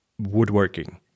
woodworking